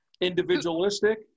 Individualistic